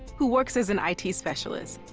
who works as an i t. specialist,